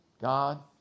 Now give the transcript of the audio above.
God